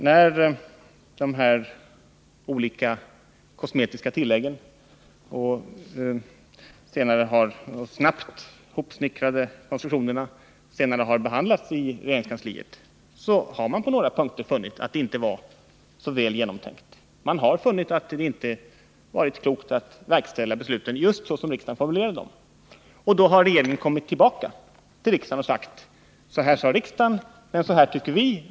När de här olika kosmetiska tilläggen och snabbt ihopsnickrade konstruktionerna senare har behandlats i regeringskansliet har man på några punkter funnit att de inte var så väl genomtänkta. Man har funnit att det inte varit klokt att verkställa besluten just såsom riksdagen formulerade dem. Då har regeringen kommit tillbaka till riksdagen och sagt: Så här sade riksdagen, men så här tycker vi.